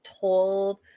told